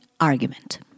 argument